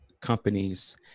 companies